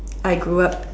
I grew up